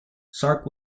sark